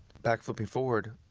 back flipping forward,